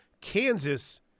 Kansas